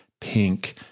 pink